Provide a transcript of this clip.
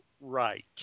right